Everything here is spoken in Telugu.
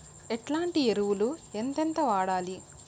ఎట్లాంటి ఎరువులు ఎంతెంత వాడాలి?